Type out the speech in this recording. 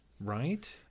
Right